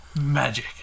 Magic